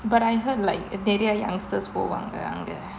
but I heard like நிறைய:niraiya youngsters போவாங்க அங்கே:povaanga angeh